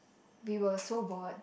we were so bored